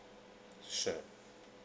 sure